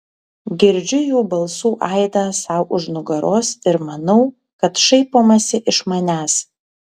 girdžiu jų balsų aidą sau už nugaros ir manau kad šaipomasi iš manęs